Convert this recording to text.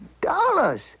dollars